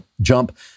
jump